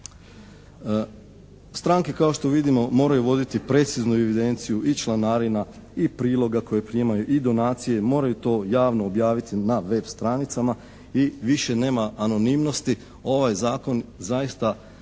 Stranke kao što vidimo moraju voditi preciznu evidenciju i članarina i priloga koje primaju i donacije, moraju to javno objaviti na web stranicama i više nema anonimnosti. Ovaj zakon zaista